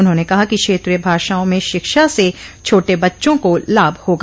उन्होंने कहा कि क्षेत्रीय भाषाओं में शिक्षा से छोटे बच्चों को लाभ होगा